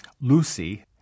Lucy